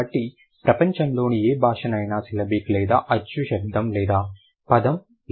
కాబట్టి ప్రపంచంలోని ఏ భాషలోనైనా సిలబిక్ లేదా అచ్చు శబ్దం లేని పదం లేదు